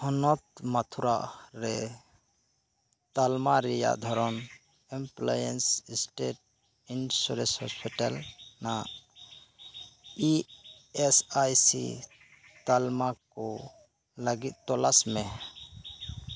ᱦᱚᱱᱚᱛ ᱢᱟᱛᱷᱩᱨᱟ ᱨᱮ ᱛᱟᱞᱢᱟ ᱨᱮᱭᱟᱜ ᱫᱷᱚᱨᱚᱱ ᱮᱢᱯᱞᱳᱭᱮᱱᱥ ᱥᱴᱮᱴ ᱤᱱᱥᱩᱨᱮᱥ ᱦᱳᱥᱯᱤᱴᱟᱞ ᱨᱮᱱᱟᱜ ᱤ ᱮᱥ ᱟᱭ ᱥᱤ ᱛᱟᱞᱢᱟ ᱠᱚ ᱞᱟᱜᱤᱫ ᱛᱚᱞᱟᱥ ᱢᱮ